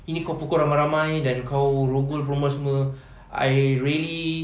ini kau pukul ramai-ramai dan kau rogol perempuan semua I really